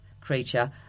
creature